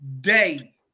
day